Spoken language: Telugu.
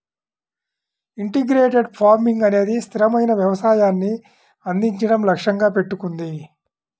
ఇంటిగ్రేటెడ్ ఫార్మింగ్ అనేది స్థిరమైన వ్యవసాయాన్ని అందించడం లక్ష్యంగా పెట్టుకుంది